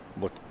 look